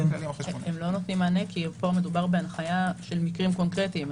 לא נותנים מענה כי פה מדובר בהנחיה של מקרים קונקרטיים.